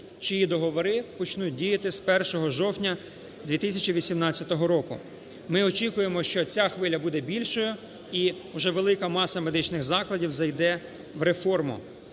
чиї договори почнуть діяти з 1 жовтня 2018 року. Ми очікуємо, що ця хвиля буде більшою і уже велика маса медичних закладів зайде в реформу.